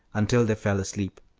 until they fell asleep.